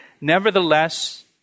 Nevertheless